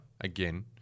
again